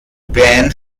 band